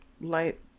Light